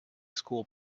school